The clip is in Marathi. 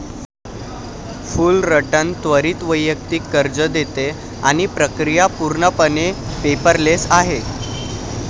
फुलरटन त्वरित वैयक्तिक कर्ज देते आणि प्रक्रिया पूर्णपणे पेपरलेस आहे